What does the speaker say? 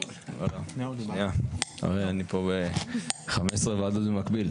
תהליך, שנייה, אני פה ב-15 וועדות במקביל.